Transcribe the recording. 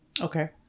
okay